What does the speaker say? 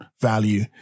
value